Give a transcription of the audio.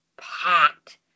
packed